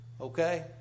Okay